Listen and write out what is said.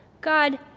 God